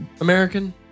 American